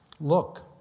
Look